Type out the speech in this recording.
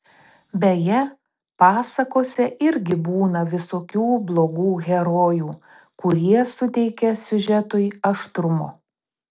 beje pasakose irgi būna visokių blogų herojų kurie suteikia siužetui aštrumo